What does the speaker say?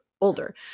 older